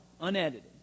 unedited